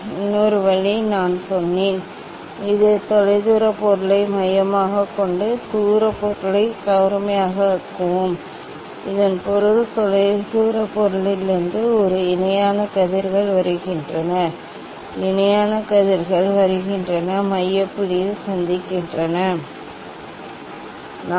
இன்னொரு வழி நான் சொன்னேன் இது தொலைதூர பொருளை மையமாகக் கொண்டு தூரப் பொருளை கூர்மையாக ஆக்குவோம் இதன் பொருள் தொலைதூரப் பொருளிலிருந்து ஒரு இணையான கதிர்கள் வருகின்றன இணையான கதிர்கள் வருகின்றன மைய புள்ளியில் சந்திக்கின்றன குறுக்கு கம்பி